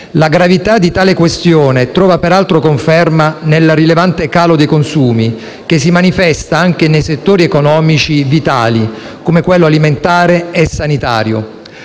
La gravità di tale questione trova peraltro conferma nel rilevante calo dei consumi, che si manifesta anche in settori economici vitali come quello alimentare e sanitario.